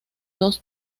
dos